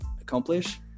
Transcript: accomplish